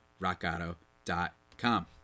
Rockauto.com